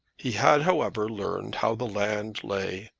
he had, however, learned how the land lay,